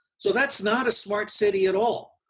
so, that's not a smart city at all.